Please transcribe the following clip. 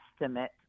estimate